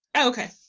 Okay